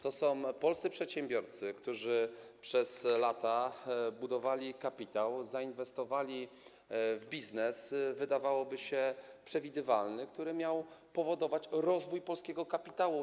To są polscy przedsiębiorcy, którzy przez lata budowali kapitał, zainwestowali w biznes, wydawałoby się, przewidywalny, który miał powodować rozwój polskiego kapitału.